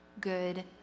good